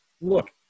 look